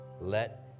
Let